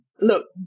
look